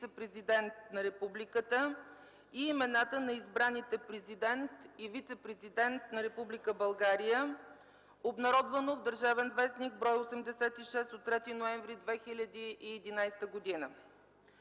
вицепрезидент на Републиката и имената на избраните президент и вицепрезидент на Република България, обнародвано в „Държавен вестник”,бр. 86 от 3 ноември 2011 г.